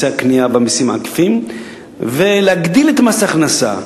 את מסי הקנייה והמסים העקיפים ולהגדיל את מס ההכנסה,